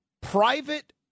private